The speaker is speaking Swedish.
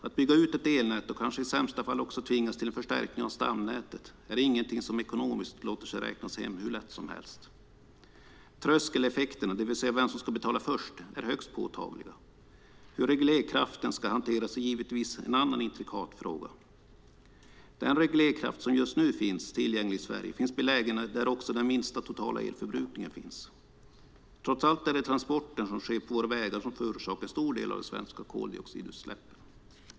Att bygga ut ett elnät och kanske i sämsta fall också tvingas till en förstärkning av stamnätet är ingenting som ekonomiskt låter sig räknas hem hur lätt som helst. Tröskeleffekterna, det vill säga vem som ska betala först, är högst påtagliga. Hur reglerkraften ska hanteras är givetvis en annan intrikat fråga. Den reglerkraft som just nu finns tillgänglig i Sverige finns belägen där också den minsta totala elförbrukningen finns. Trots allt är det transporten som sker på våra vägar som förorsakar en stor del av de svenska koldioxidutsläppen.